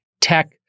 tech